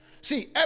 See